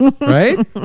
Right